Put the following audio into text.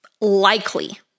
likely